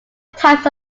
types